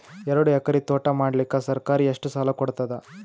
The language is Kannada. ಎರಡು ಎಕರಿ ತೋಟ ಮಾಡಲಿಕ್ಕ ಸರ್ಕಾರ ಎಷ್ಟ ಸಾಲ ಕೊಡತದ?